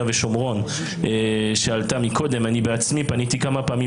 ושומרון שעלתה קודם: אני בעצמי פניתי כמה פעמים